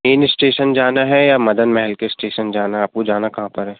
main station जाना है या मदन महल के स्टेशन जाना है आपको जाना कहाँ पर है